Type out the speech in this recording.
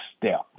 step